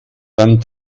dann